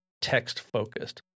text-focused